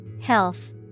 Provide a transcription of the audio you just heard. Health